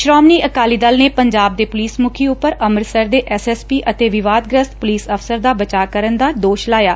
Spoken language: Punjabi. ਸ੍ਰੋਮਣੀ ਅਕਾਲੀ ਦਲ ਨੇ ਪੰਜਾਬ ਦੇ ਪੁਲਿਸ ਮੁਖੀ ਉਪਰ ਅੰਮ੍ਰਿਤਸਰ ਦੇ ਐਸ ਐਸ ਪੀ ਅਤੇ ਵਿਵਾਦਗੁਸਤ ਪੁਲਿਸ ਅਫ਼ਸਰ ਦਾ ਬਚਾਅ ਕਰਨ ਦਾ ਦੋਸ਼ ਲਾਇਆ